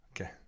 Okay